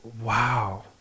wow